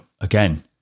again